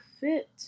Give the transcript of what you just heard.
fit